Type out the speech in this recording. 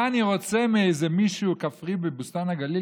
מה אני רוצה מאיזה מישהו כפרי בבוסתן הגליל